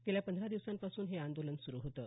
गेल्या पंधरा दिवसांपासून हे आंदोलन सुरू होतं